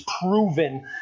proven